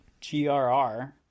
GRR